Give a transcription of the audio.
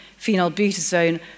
phenylbutazone